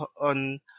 on